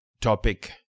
topic